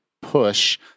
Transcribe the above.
push